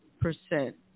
percent